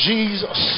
Jesus